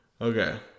Okay